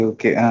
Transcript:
Okay